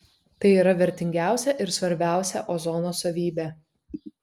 tai yra vertingiausia ir svarbiausia ozono savybė